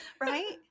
right